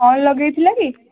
କ'ଣ ଲଗେଇଥିଲ କି